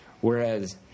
Whereas